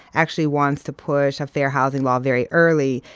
actually wants to push a fair housing law very early.